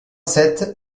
sept